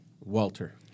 Walter